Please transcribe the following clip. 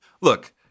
Look